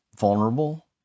vulnerable